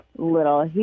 little